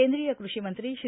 केंद्रीय क्रूषी मंत्री श्री